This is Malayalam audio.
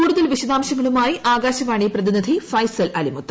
കൂടുതൽ വിശദാംശങ്ങളുമായി ആകാശവാണി പ്രതിനിധി ഫൈസൽ അലിമുത്ത്